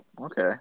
Okay